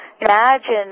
Imagine